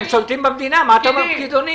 בצלאל, תגיד פקידים.